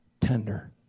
Tender